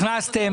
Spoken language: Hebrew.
הכנסתם.